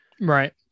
Right